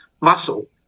muscle